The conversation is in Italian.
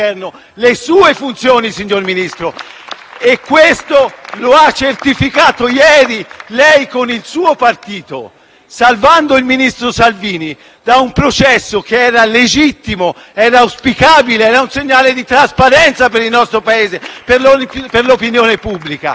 e questo lo ha certificato ieri lei con il suo partito salvando il ministro Salvini da un processo che era legittimo, auspicabile e un segnale di trasparenza per il nostro Paese e per l'opinione pubblica. *(Applausi dal Gruppo